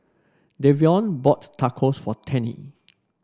Davion bought Tacos for Tennie